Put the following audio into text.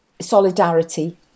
solidarity